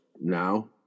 now